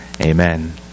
Amen